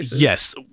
yes